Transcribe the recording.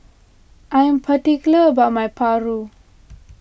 I am particular about my Papu